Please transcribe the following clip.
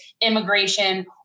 immigration